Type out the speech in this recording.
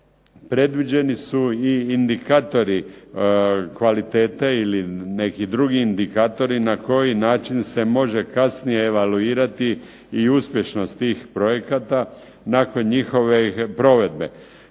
Predviđeni su i indikatori kvalitete ili neki drugi indikatori na koji način se može kasnije evaluirati i uspješnost tih projekata, nakon njihove provedbe,